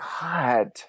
god